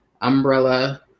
umbrella